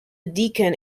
deacon